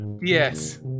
Yes